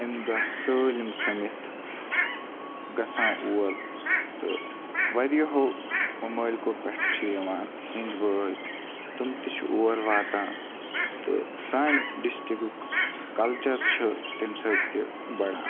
امہٕ دۄہ سٲلِم سٔمِتھ گَژھان اور تہٕ واریاہو مَمٲلکَو پٮ۪ٹھ چھِ یِوان ہیٚنٛدۍ بٲے تِم تہٕ چھِ اور واتان تہٕ سانہِ ڈِسٹرکُک کَلچَر چھُ تمہِ سۭتۍ تہِ بَڑان